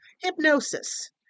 hypnosis